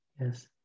yes